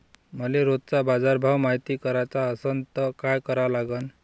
मले रोजचा बाजारभव मायती कराचा असन त काय करा लागन?